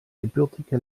gebürtige